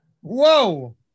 Whoa